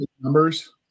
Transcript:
numbers